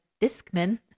Discman